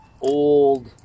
old